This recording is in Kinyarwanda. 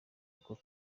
uko